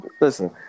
Listen